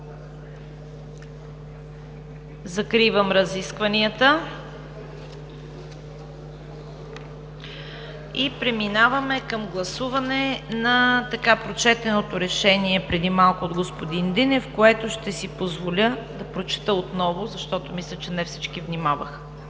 Закривам разискванията. Преминаваме към гласуване на прочетеното Решение преди малко от господин Динев, което ще си позволя да прочета отново, защото мисля, че не всички внимаваха: